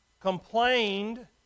complained